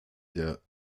der